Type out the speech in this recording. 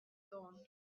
dawn